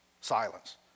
silence